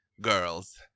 girls